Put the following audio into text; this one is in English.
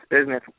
business